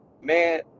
man